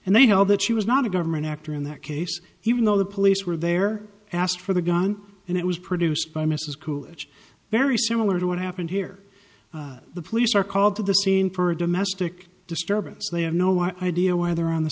and they know that she was not a government actor in that case even though the police were there asked for the gun and it was produced by mrs coolidge very similar to what happened here the police are called to the scene for a domestic disturbance they have no idea whether on the